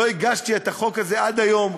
לא הגשתי את החוק הזה עד היום,